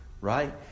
right